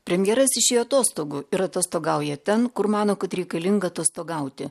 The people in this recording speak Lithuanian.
premjeras išėjo atostogų ir atostogauja ten kur mano kad reikalinga atostogauti